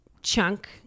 chunk